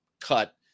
cut